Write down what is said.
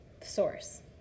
source